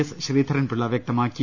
S Sreedharan Pillai വ്യക്തമാക്കി